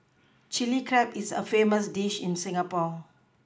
Chilli Crab is a famous dish in Singapore